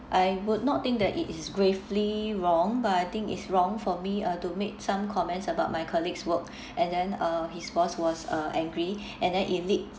I would not think that it is gravely wrong but I think it's wrong for me uh to make some comments about my colleague's work and then uh his boss was uh angry and then it